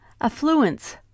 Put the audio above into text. affluence